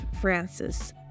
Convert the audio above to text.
Francis